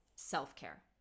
self-care